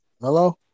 Hello